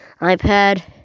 iPad